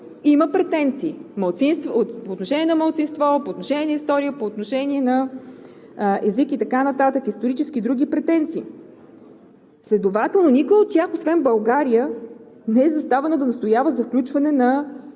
има претенции по отношение на малцинство, по отношение на история, по отношение на език и така нататък, исторически и други претенции. Следователно никоя от тях освен България не е заставена да отстоява за включване на